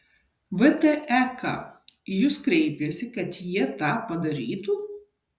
vtek į jus kreipėsi kad jie tą padarytų